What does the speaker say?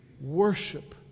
worship